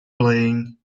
playing